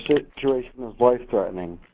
situation is life-threatening.